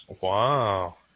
Wow